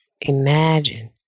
imagine